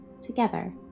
together